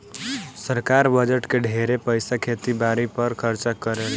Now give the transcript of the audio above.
सरकार बजट के ढेरे पईसा खेती बारी पर खर्चा करेले